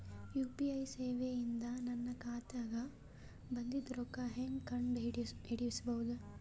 UPI ಸೇವೆ ಇಂದ ನನ್ನ ಖಾತಾಗ ಬಂದಿದ್ದ ರೊಕ್ಕ ಹೆಂಗ್ ಕಂಡ ಹಿಡಿಸಬಹುದು?